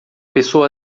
pessoa